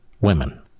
women